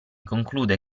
conclude